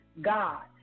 God